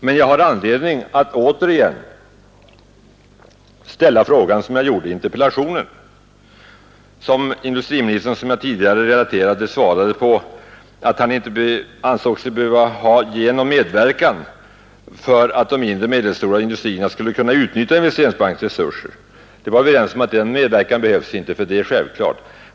Men jag har anledning att upprepa den fråga vilken jag ställde i interpellationen och på vilken industriministern, som jag tidigare nämnt, svarade att han inte ansåg sig behöva ge medverkan för att de mindre och medelstora industrierna skulle kunna utnyttja Investeringsbankens resurser, eftersom detta skulle vara en självklarhet.